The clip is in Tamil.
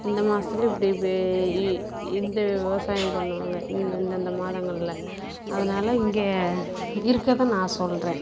இந்த மாதத்துல இப்படி இப்படி இந்த விவசாயம் பண்ணுவாங்க இந்தந்த மாதங்களில் அதனால் இங்கே இருக்கிறத நான் சொல்கிறேன்